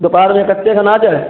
दोपहेर में कितने समय आ जाएँ